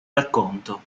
racconto